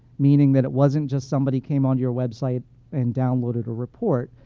meaning that it wasn't just somebody came onto your website and downloaded a report.